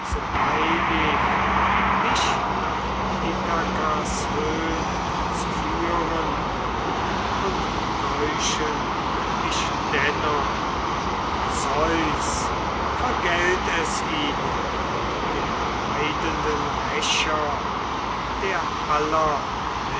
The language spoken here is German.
so heilig mich nach ithakas höhn zu führen und täuschten mich dennoch zeus vergelt es ihnen der leidenden rächer der